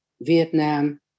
Vietnam